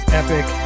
epic